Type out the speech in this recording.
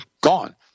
gone